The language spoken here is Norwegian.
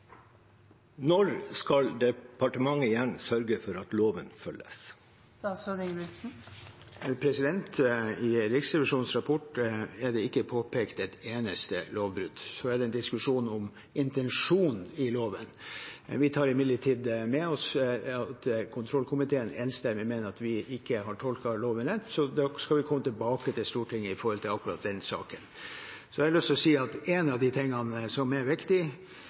Når skal departementet igjen sørge for at loven følges? I Riksrevisjonens rapport er det ikke påpekt et eneste lovbrudd. Så er det en diskusjon om intensjonen i loven. Vi tar imidlertid med oss at kontrollkomiteen enstemmig mener at vi ikke har tolket loven rett, så da skal vi komme tilbake til Stortinget når det gjelder akkurat den saken. Jeg har lyst til å si at en av de tingene som er viktig,